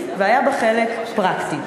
והיה בה חלק פרקטי.